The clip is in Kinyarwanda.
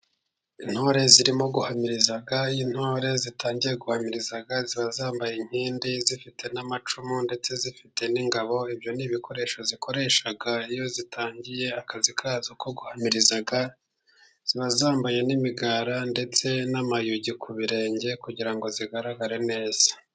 Intore zirimo guhamiriza, iyo intore zitangiye guhamiriza, ziba zambaye inkindi, zifite n'amacumu ndetse zifite n'ingabo, ibyo ni ibikoresho zikoresha iyo zitangiye akazi kazo ko guhamiriza, ziba zambaye n'imigara, ndetse n'amayugi ku birenge, kugira ngo zigaragare neza.